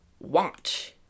watch